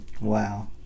Wow